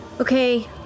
Okay